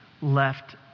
left